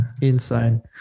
Insane